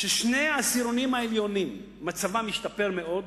ששני העשירונים העליונים מצבם השתפר מאוד,